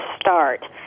start